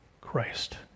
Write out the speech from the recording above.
Christ